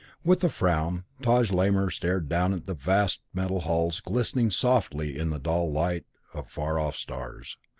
with a frown taj lamor stared down at the vast metal hulls glistening softly in the dull light of far-off stars,